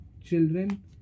children